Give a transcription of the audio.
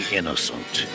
innocent